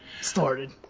started